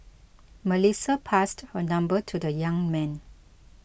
Melissa passed her number to the young man